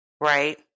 Right